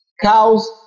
Cows